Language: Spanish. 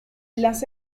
las